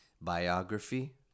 biography